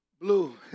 Blue